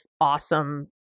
awesome